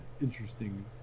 interesting